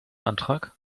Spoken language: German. antrag